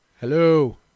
Hello